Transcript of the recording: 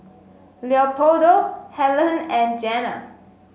Leopoldo Hellen and Jenna